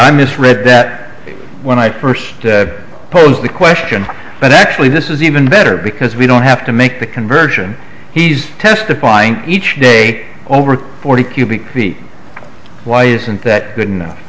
i misread that when i first posed the question but actually this is even better because we don't have to make the conversion he's testifying each day over forty cubic feet why isn't that good no